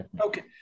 Okay